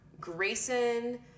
Grayson